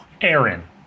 Aaron